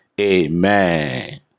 Amen